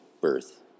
birth